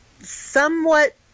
somewhat